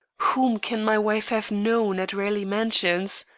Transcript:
whom can my wife have known at raleigh mansions?